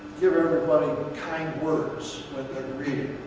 give everybody kind words when they're grieving.